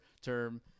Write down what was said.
term